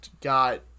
got